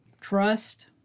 Trust